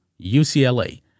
UCLA